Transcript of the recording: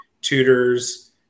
tutors